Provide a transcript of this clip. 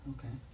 Okay